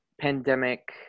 pandemic